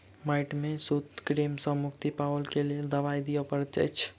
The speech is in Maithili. माइट में सूत्रकृमि सॅ मुक्ति पाबअ के लेल दवाई दियअ पड़ैत अछि